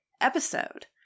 episode